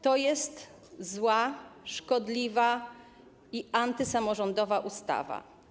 To jest zła, szkodliwa i antysamorządowa ustawa.